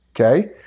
okay